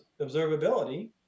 observability